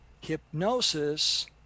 hypnosis